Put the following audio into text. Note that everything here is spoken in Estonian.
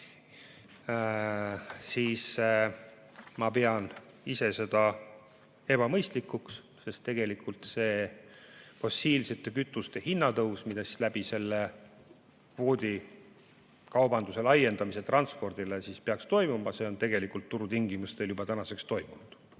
siis ma pean ise seda ebamõistlikuks, sest tegelikult see fossiilsete kütuste hinnatõus, mis läbi selle kvoodikaubanduse laiendamise transpordile peaks toimuma, on tegelikult turutingimustel juba tänaseks toimunud.